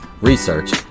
research